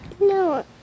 No